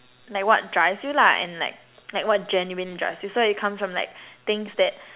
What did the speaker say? like what drives you lah and like like what genuine drives you so it comes from like things that